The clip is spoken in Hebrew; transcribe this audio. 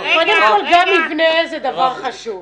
קודם כל מבנה זה דבר חשוב.